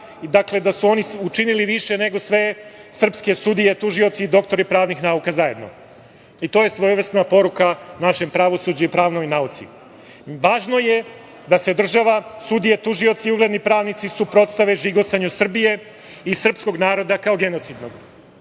dakle da su oni učinili više nego sve srpske sudije, tužioci i doktori pravnih nauka zajedno. To je svojevrsna poruka našem pravosuđu i pravnoj nauci. Važno je da se država, sudije, tužioci i ugledni pravnici suprotstave žigosanju Srbije i srpskog naroda kao genocidnog. Ovih